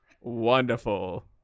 Wonderful